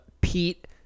Pete